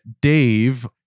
Dave